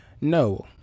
no